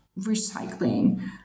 recycling